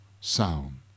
sound